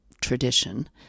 tradition